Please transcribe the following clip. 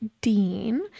Dean